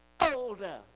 Older